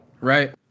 right